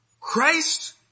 Christ